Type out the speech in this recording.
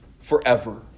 forever